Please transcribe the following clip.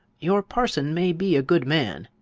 your parson may be a good man,